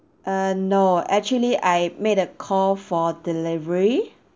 uh no actually I made a call for delivery